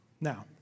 now